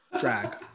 drag